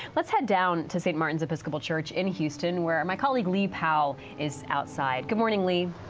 let's head down to st. martin's episcopal church in houston where my colleague lee powell is outside. good morning, lee.